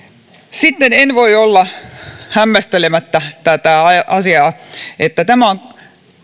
sitten en voi olla hämmästelemättä tätä asiaa että tämä on